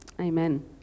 Amen